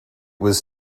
was